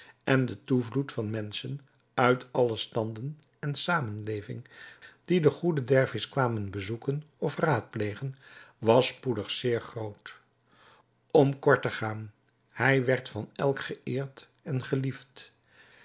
en de toevloed van menschen uit alle standen en zamenleving die den goeden dervis kwamen bezoeken of raadplegen was spoedig zeer groot om kort te gaan hij werd van elk geëerd en geliefd